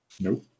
Nope